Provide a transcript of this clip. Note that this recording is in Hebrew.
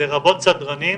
לרבות סדרנים.